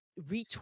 retweet